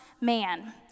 man